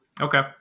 Okay